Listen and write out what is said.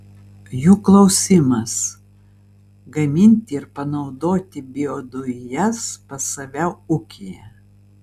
jų klausimas gaminti ir panaudoti biodujas pas save ūkyje